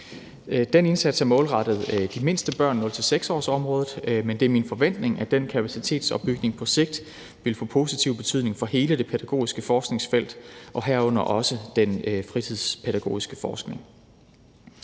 Den indsats er målrettet de mindste børn, 0-6-årsområdet, men det er min forventning, at den kapacitetsopbygning på sigt vil få positiv betydning for hele det pædagogiske forskningsfelt, herunder også den fritidspædagogiske forskning.